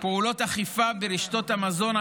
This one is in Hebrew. פעולות אכיפה ברשתות המזון,